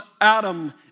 Adam